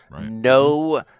no